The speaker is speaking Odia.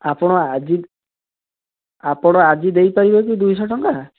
ଆପଣ ଆଜି ଆପଣ ଆଜି ଦେଇ ପାରିବେ କି ଦୁଇଶହ ଟଙ୍କା